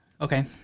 okay